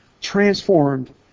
transformed